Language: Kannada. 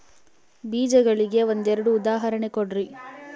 ಬೇಜಗಳಿಗೆ ಒಂದೆರಡು ಉದಾಹರಣೆ ಕೊಡ್ರಿ?